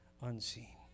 unseen